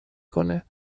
کنه